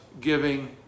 giving